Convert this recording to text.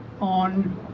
on